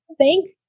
thanks